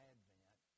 Advent